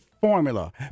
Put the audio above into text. Formula